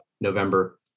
November